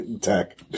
tech